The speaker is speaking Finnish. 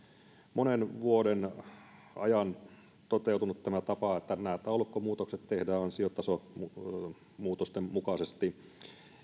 monen vuoden ajan on toteutunut tämä tapa että nämä taulukkomuutokset tehdään ansiotasomuutosten mukaisesti